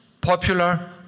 popular